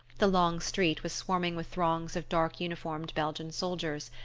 the long street was swarming with throngs of dark-uniformed belgian soldiers,